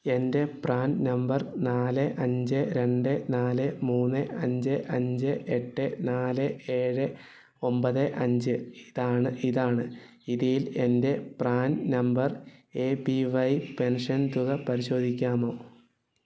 എൻ്റെ PRAN number നാല് അഞ്ച് രണ്ട് നാല് മൂന്ന് അഞ്ച് അഞ്ച് എട്ട് നാല് ഏഴ് ഒമ്പത് അഞ്ച് ഇതാണ് ഇതാണ് ഇതിൽ എൻ്റെ PRAN number A P Y pension തുക പരിശോധിക്കാമോ